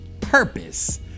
purpose